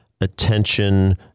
attention